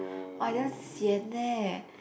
!wah! damn sian leh